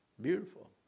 beautiful